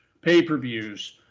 pay-per-views